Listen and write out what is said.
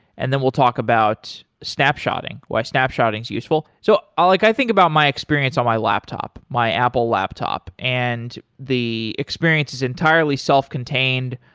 and then we'll talk about snapshotting. why snapshotting is useful. so ah like i think about my experience on my laptop, my apple laptop, and the experience is entirely self contained.